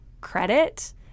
credit